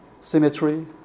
Symmetry